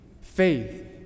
faith